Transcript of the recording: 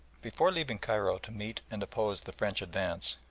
before leaving cairo to meet and oppose the french advance,